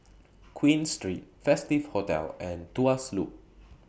Queen Street Festive Hotel and Tuas Loop